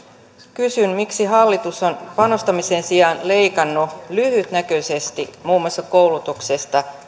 kysyn miksi hallitus on panostamisen sijaan leikannut lyhytnäköisesti muun muassa koulutuksesta